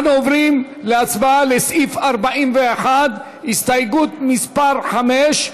אנחנו עוברים להצבעה על סעיף 41, הסתייגות מס' 5,